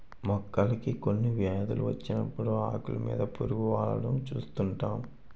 మొక్కలకి కొన్ని వ్యాధులు వచ్చినప్పుడు ఆకులు మీద పురుగు వాలడం చూస్తుంటాం